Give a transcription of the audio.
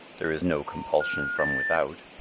there is no compulsion from without.